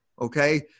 Okay